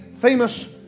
famous